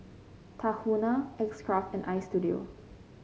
Tahuna X Craft and Istudio